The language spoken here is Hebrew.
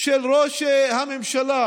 של ראש הממשלה.